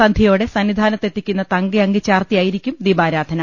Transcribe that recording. സന്ധ്യോടെ സന്നിധാനത്തെത്തിക്കുന്ന തങ്കയങ്കി ചാർത്തിയായിരിക്കും ദീപാരാധന